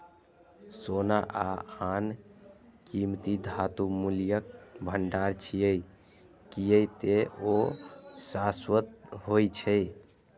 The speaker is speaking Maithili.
सोना आ आन कीमती धातु मूल्यक भंडार छियै, कियै ते ओ शाश्वत होइ छै